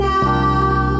now